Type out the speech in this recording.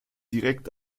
direkt